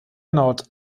nord